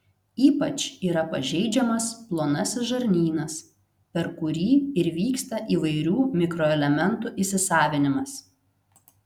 ypač yra pažeidžiamas plonasis žarnynas per kurį ir vyksta įvairių mikroelementų įsisavinimas